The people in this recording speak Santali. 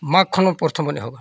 ᱢᱟᱜᱽ ᱠᱷᱚᱱ ᱯᱨᱚᱛᱷᱚᱢ ᱵᱚᱱ ᱮᱦᱚᱵᱟ